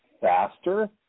faster